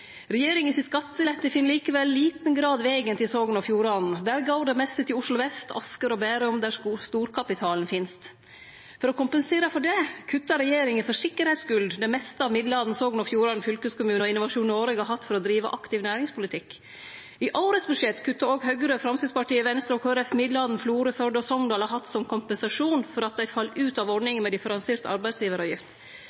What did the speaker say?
regjeringa for sikkerheits skuld det meste av midlane Sogn og Fjordane fylkeskommune og Innovasjon Noreg har hatt for å drive aktiv næringspolitikk. I årets budsjett kuttar òg Høgre, Framstegspartiet, Venstre og Kristeleg Folkeparti midlane Florø, Førde og Sogndal har hatt som kompensasjon for at dei fall ut av